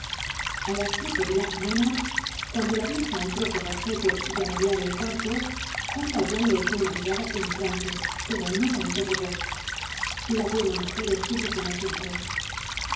a las siete de la mañana cuando la vieja entró con objeto de arreglar el cuarto juan valjean le echó una mirada penetrante pero no la interrogó la buena mujer estuvo como siempre